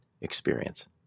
experience